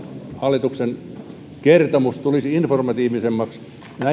hallituksen kertomus tulisi informatiivisemmaksi